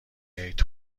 عید